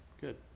Good